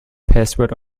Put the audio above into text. password